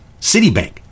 Citibank